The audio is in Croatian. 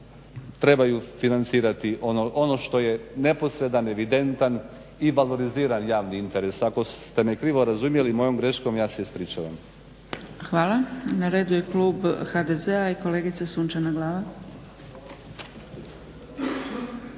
trebaju financirati ono što je neposredan, evidentan i valoriziran javni interes. Ako ste me krivo razumjeli mojom greškom, ja se ispričavam. **Zgrebec, Dragica (SDP)** Hvala. Na redu je klub HDZ-a i kolegica Sunčana Glavak.